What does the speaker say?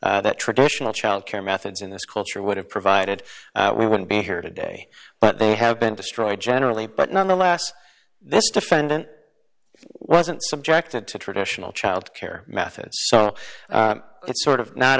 care that traditional childcare methods in this culture would have provided we wouldn't be here today but they have been destroyed generally but nonetheless this defendant wasn't subjected to traditional childcare methods so it's sort of not